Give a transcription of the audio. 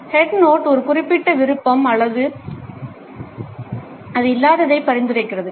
head note ஒரு குறிப்பிட்ட விருப்பம் அல்லது அது இல்லாததை பரிந்துரைக்கிறது